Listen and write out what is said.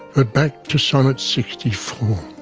ah back to sonnet sixty four.